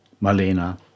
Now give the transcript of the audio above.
Malena